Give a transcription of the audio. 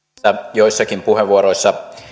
joissakin puheenvuoroissa